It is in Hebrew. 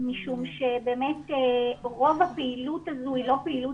משום שבאמת רוב הפעילות הזו היא לא פעילות